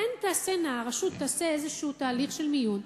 הרשות תעשה איזה תהליך של מיון,